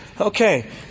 Okay